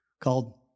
called